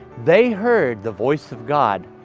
they heard the voice of god,